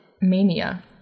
Mania